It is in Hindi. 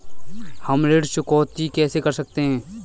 हम ऋण चुकौती कैसे कर सकते हैं?